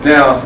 Now